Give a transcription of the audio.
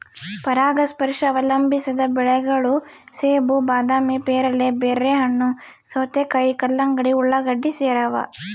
ಪರಾಗಸ್ಪರ್ಶ ಅವಲಂಬಿಸಿದ ಬೆಳೆಗಳು ಸೇಬು ಬಾದಾಮಿ ಪೇರಲೆ ಬೆರ್ರಿಹಣ್ಣು ಸೌತೆಕಾಯಿ ಕಲ್ಲಂಗಡಿ ಉಳ್ಳಾಗಡ್ಡಿ ಸೇರವ